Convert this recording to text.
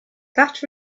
that